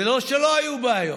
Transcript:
ולא שלא היו בעיות,